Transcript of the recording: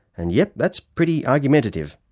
and yep, that's pretty argumentative.